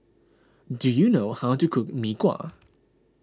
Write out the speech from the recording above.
do you know how to cook Mee Kuah